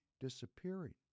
disappearing